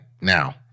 now